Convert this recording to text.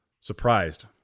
surprised